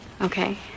Okay